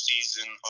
season